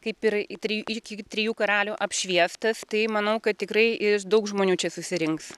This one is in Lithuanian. kaip ir tri iki trijų karalių apšviestas tai manau kad tikrai iš daug žmonių čia susirinks